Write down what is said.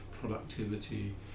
productivity